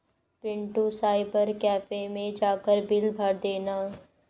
Pintu cyber cafe मैं जाकर bill भर देना